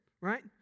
right